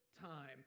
time